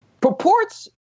purports